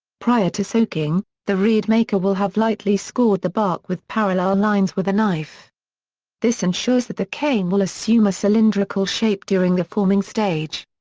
prior to soaking, the reed maker will have lightly scored the bark with parallel lines with a knife this ensures that the cane will assume a cylindrical shape during the forming stage.